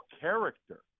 character